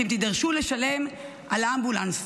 אתם תידרשו לשלם על האמבולנס.